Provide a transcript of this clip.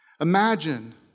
imagine